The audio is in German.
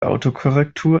autokorrektur